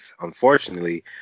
unfortunately